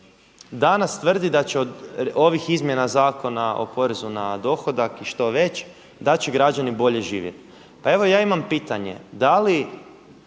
danas tvrdi da će od ovih izmjena zakona o porezu na dohodak i što već da će građani bolje živjeti. Pa evo ja imam pitanje,